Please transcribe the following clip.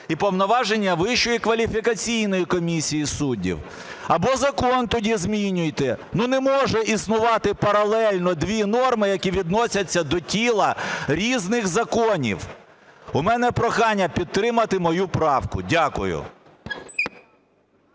і повноваження Вищою кваліфікаційної комісії суддів. Або закон тоді змінюйте. Ну, не можуть існувати паралельно дві норми, які відносяться до тіла різних законів! У мене прохання підтримати мою правку. Дякую.